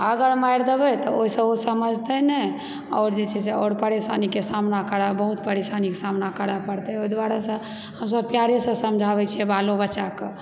अगर मारि देबय तऽ ओहिसँ ओ समझतय नहि आओर जे छै से आओर परेशानीके सामना करऽ बहुत परेशानीके सामना करऽ पड़तय ओहि दुआरेसे हमसभ प्यारेसँ समझाबैत छियै बालो बच्चाकऽ